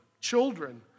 Children